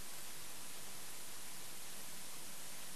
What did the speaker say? ונבשר בשורה לכל אותם ילדים שנמצאים בארץ